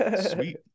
sweet